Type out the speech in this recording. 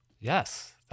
Yes